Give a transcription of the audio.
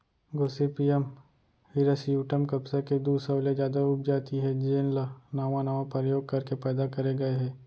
Gossypium hirsutum कपसा के दू सौ ले जादा उपजाति हे जेन ल नावा नावा परयोग करके पैदा करे गए हे